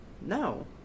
No